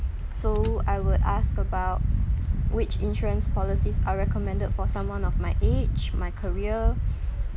so I would ask about which insurance policies are recommended for someone of my age my career